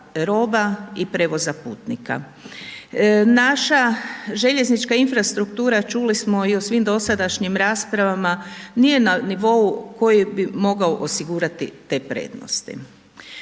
i prijevoza putnika. Naša željeznička infrastruktura, čuli smo i u svim dosadašnjim raspravama, nije na nivou, koji bi mogao osigurati te prednosti.